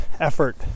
effort